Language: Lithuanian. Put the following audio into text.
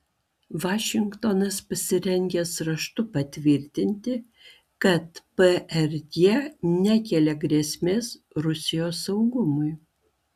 vašingtonas pasirengęs raštu patvirtinti kad prg nekelia grėsmės rusijos saugumui